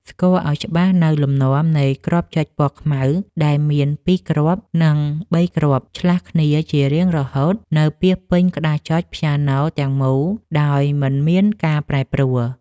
ស្គាល់ឱ្យច្បាស់នូវលំនាំនៃគ្រាប់ចុចពណ៌ខ្មៅដែលមានពីរគ្រាប់ និងបីគ្រាប់ឆ្លាស់គ្នាជារៀងរហូតនៅពាសពេញក្តារចុចព្យ៉ាណូទាំងមូលដោយមិនមានការប្រែប្រួល។